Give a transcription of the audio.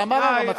זה אמרנו.